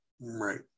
right